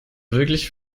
wirklich